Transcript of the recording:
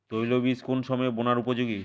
তৈলবীজ কোন সময়ে বোনার উপযোগী?